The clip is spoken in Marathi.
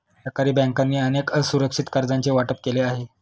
सरकारी बँकांनी अनेक असुरक्षित कर्जांचे वाटप केले आहे